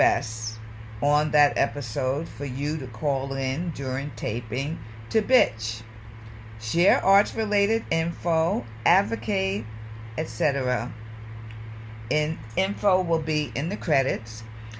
pass on that episode for you to call in during taping to bitch share arts related info advocate etc and info will be in the credits